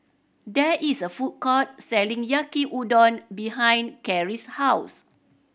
there is a food court selling Yaki Udon behind Carie's house